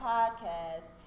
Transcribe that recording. Podcast